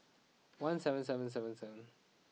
one seven seven seven seven